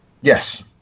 Yes